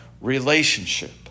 relationship